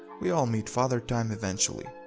we all meet father time eventually.